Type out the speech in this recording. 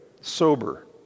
Sober